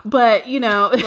but, you know.